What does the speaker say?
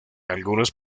algunos